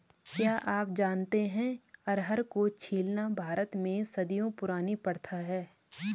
क्या आप जानते है अरहर को छीलना भारत में सदियों पुरानी प्रथा है?